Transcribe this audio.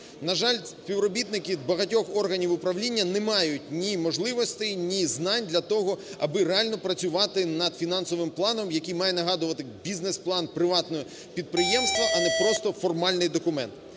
На жаль, співробітники багатьох органів управління не мають ні можливостей, ні знань для того, аби реально працювати над фінансовим планом, який має нагадувати бізнес-план приватного підприємства, а не просто формальний документ.